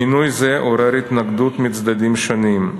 "מינוי זה עורר התנגדות מצדדים שונים,